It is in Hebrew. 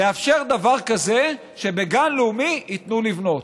לאפשר דבר כזה שבגן לאומי ייתנו לבנות.